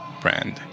brand